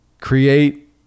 Create